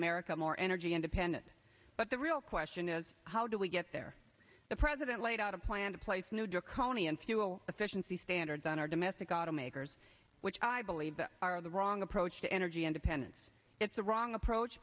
america more energy and bennett but the real question is how do we get there the president laid out a plan to place new dear kone and fuel efficiency standards on our domestic automakers which i believe are of the wrong approach to energy independence it's the wrong approach